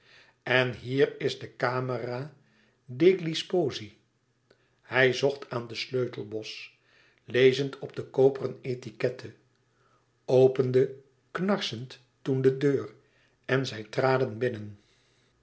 en hier is de camera degli sposi hij zocht aan den sleutelbos lezend op de koperen etiquette opende knarsend toen de deur en zij traden binnen